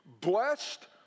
Blessed